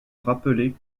rappeler